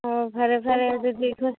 ꯑꯣ ꯐꯔꯦ ꯐꯔꯦ ꯑꯗꯨꯗꯤ ꯑꯩꯈꯣꯏ